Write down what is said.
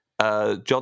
John